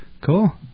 Cool